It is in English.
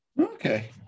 Okay